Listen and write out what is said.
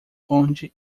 onde